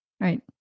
Right